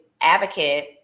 advocate